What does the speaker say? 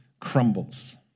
crumbles